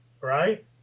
right